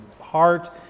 heart